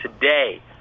today